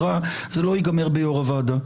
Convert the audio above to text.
זה לא ייגמר ביו"ר הוועדה,